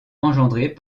engendrés